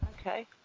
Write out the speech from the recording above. Okay